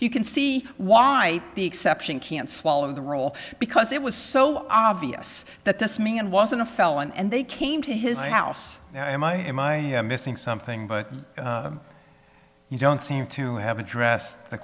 you can see why the exception can't swallow the rule because it was so obvious that this man was in a felon and they came to his house and i am i am i am missing something but you don't seem to have addressed the